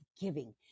giving